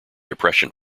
depression